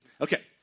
Okay